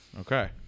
okay